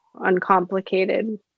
uncomplicated